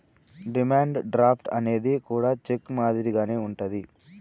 demand draft అనేది కూడా cheque మాదిరిగానే ఉంటది